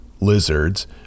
lizards